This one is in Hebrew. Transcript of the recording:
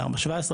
4.17,